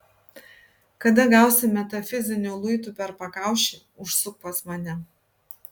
kada gausi metafiziniu luitu per pakaušį užsuk pas mane